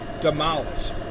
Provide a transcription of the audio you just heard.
demolished